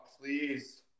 please